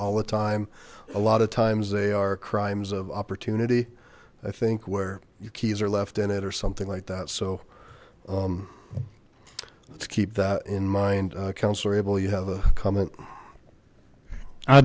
all the time a lot of times they are crimes of opportunity i think where your keys are left in it or something like that so to keep that in mind councilor abel you have